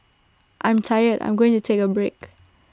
I'm tired I'm going to take A break